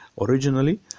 originally